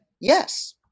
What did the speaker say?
yes